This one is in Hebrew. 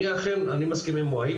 אני לכן מסכים עם והיד,